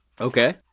Okay